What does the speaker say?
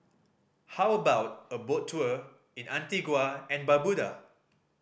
how about a boat tour in Antigua and Barbuda